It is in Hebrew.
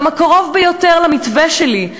והוא גם הקרוב ביותר למתווה שלי.